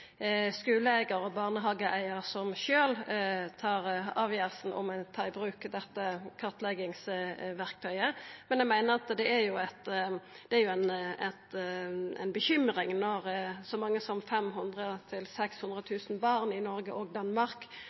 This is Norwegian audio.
og barnehageeigarar som sjølve tar avgjerda om ein skal ta i bruk dette kartleggingsverktøyet, men eg meiner det er grunn til bekymring når så mange som 500 000–600 000 barn i Noreg og Danmark